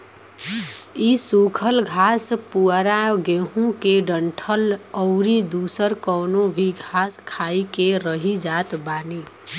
इ सुखल घास पुअरा गेंहू के डंठल अउरी दुसर कवनो भी घास खाई के रही जात बानी